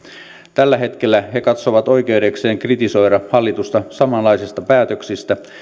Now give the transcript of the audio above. tällä hetkellä he katsovat oikeudekseen kritisoida hallitusta samanlaisista päätöksistä